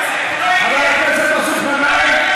וכבר אמרתי את זה אלפי פעמים,